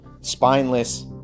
spineless